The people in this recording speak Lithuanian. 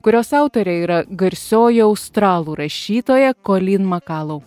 kurios autorė yra garsioji australų rašytoja kolin makalau